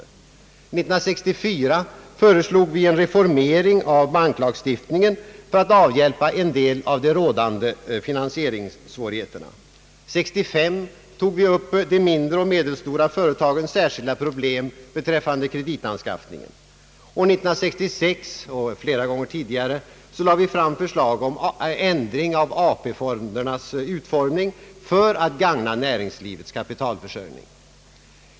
År 1964 föreslog vi en reformering av banklagstiftningen för att avhjälpa en del av de rådande finansieringssvårigheterna. År 1965 tog vi upp de mindre och medelstora företagens särskilda problem beträffande kreditanskaffning. År 1966, liksom flera gånger tidigare, föreslog vi ändring av AP-fondernas utformning i syfte att gagna näringslivets kapitalförsörjning.